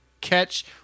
catch